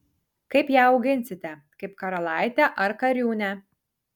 kaip ją auginsite kaip karalaitę ar kariūnę